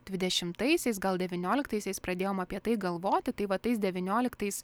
dvidešimtaisiais gal devynioliktaisiais pradėjom apie tai galvoti tai va tais devynioliktais